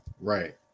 Right